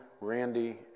Randy